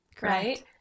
right